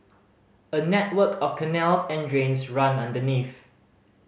a network of canals and drains run underneath